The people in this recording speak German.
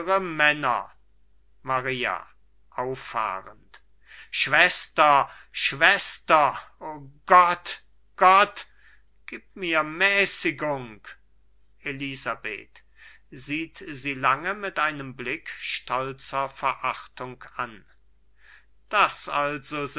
männer maria auffahrend schwester schwester o gott gott gib mir mäßigung elisabeth sieht sie lange mit einem blick stolzer verachtung an das also